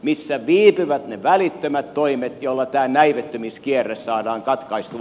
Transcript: missä viipyvät ne välittömät toimet joilla tämä näivettymiskierre saadaan katkaistua